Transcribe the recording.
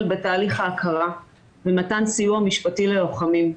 בתהליך ההכרה ומתן סיוע משפטי ללוחמים.